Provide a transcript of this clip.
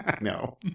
No